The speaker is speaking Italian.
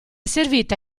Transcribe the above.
servita